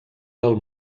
del